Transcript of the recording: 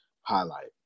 highlight